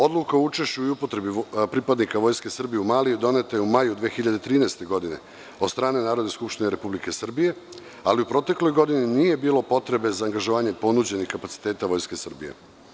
Odluka o učešću i upotrebi pripadnika Vojske Srbije u Mali, doneta je u maju 2013. godine od strane Narodne skupštine Republike Srbije, ali u protekloj godini nije bilo potrebe za angažovanje ponuđenih kapaciteta Vojske Srbije.